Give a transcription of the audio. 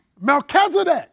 Melchizedek